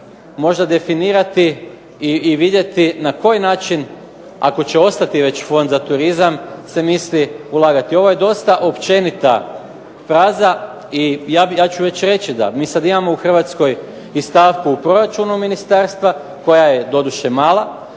možda definirati i vidjeti na koji način, ako će ostati već Fond za turizam, se misli ulagati. Ovo je dosta općenita fraza i ja ću reći da mi sad imamo u Hrvatskoj i stavku u proračunu ministarstva koja je doduše mala.